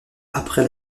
après